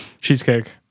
Cheesecake